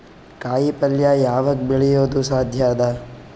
ಕಾಯಿಪಲ್ಯ ಯಾವಗ್ ಬೆಳಿಯೋದು ಸಾಧ್ಯ ಅದ?